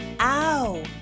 Ow